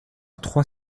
trois